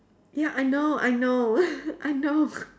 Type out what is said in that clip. ya I know I know I know